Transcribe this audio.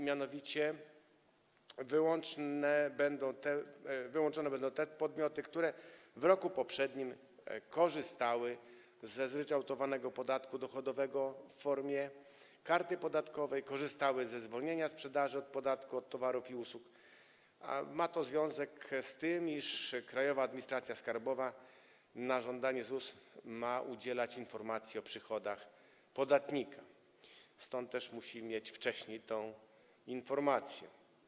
Mianowicie wyłączone będą te podmioty, które w roku poprzednim korzystały ze zryczałtowanego podatku dochodowego w formie karty podatkowej, korzystały ze zwolnienia sprzedaży z podatku od towarów i usług, a ma to związek z tym, iż Krajowa Administracja Skarbowa na żądanie ZUS ma udzielać informacji o przychodach podatnika, stąd też musi mieć wcześniej tę informację.